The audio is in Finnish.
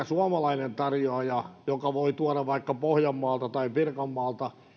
suomalainen tarjoaja voi tuoda vaikka pohjanmaalta tai pirkanmaalta